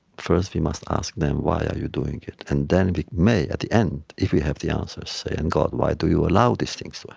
first we must ask them, why are you doing it? and then we may, at the end, if we have the answer, say, and god, why do you allow these things to